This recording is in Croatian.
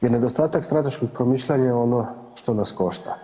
Jer nedostatak strateškog promišljanja je ono što nas košta.